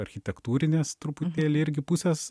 architektūrinės truputėlį irgi pusės